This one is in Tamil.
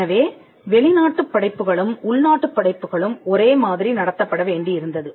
எனவே வெளிநாட்டு படைப்புகளும் உள்நாட்டுப் படைப்புகளும் ஒரே மாதிரி நடத்தப்பட வேண்டியிருந்தது